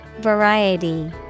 Variety